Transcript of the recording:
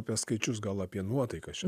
apie skaičius gal apie nuotaiką